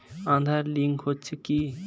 Aadhaar link হচ্ছে কি?